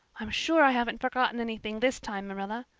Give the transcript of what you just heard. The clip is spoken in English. i'm sure i haven't forgotten anything this time, marilla.